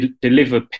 deliver